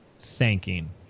thanking